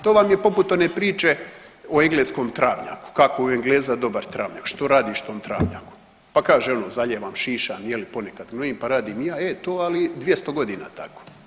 To vam je poput one priče o engleskom travnjaku, kako je u Engleza dobar travnjak, što radiš tom travnjaku, pa kaže ono zalijevam, šišam je li ponekad … [[Govornik se ne razumije]] pa radim i ja, e to ali 200.g. tako.